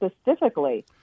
specifically